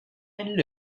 and